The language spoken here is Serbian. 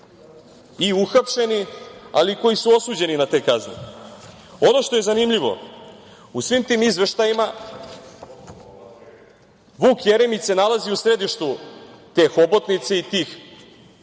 i uhapšeni, ali i koji su osuđeni na te kazne. Ono što je zanimljivo, u svim tim izveštajima Vuk Jeremić se nalazi u središtu te hobotnice i tih